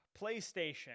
PlayStation